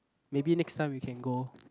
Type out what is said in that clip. maybe next time we can go